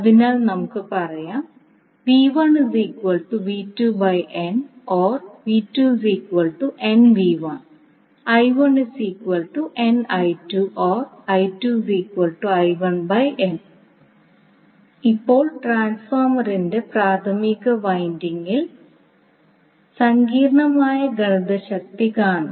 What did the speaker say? അതിനാൽ നമുക്ക് പറയാം ഇപ്പോൾ ട്രാൻസ്ഫോർമറിന്റെ പ്രാഥമിക വൈൻഡിംഗിൽ സങ്കീർണ്ണമായ ഗണിതശക്തി കാണാം